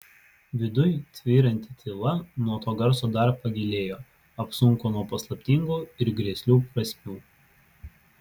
viduj tvyranti tyla nuo to garso dar pagilėjo apsunko nuo paslaptingų ir grėslių prasmių